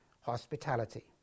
hospitality